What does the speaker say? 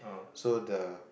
so the